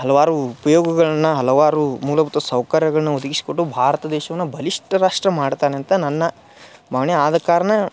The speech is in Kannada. ಹಲವಾರು ಉಪಯೋಗಗಳನ್ನ ಹಲವಾರು ಮೂಲಭೂತ ಸೌಕರ್ಯಗಳನ್ನ ಒದಗಿಸ್ಕೊಟ್ಟು ಭಾರತ ದೇಶವನ್ನ ಬಲಿಷ್ಠ ರಾಷ್ಟ್ರ ಮಾಡ್ತಾನೆ ಅಂತ ನನ್ನ ಭಾವನೆ ಆದ ಕಾರಣ